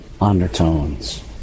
undertones